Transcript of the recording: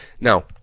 Now